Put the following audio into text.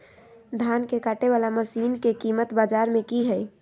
धान के कटे बाला मसीन के कीमत बाजार में की हाय?